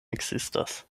ekzistas